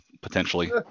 potentially